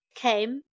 came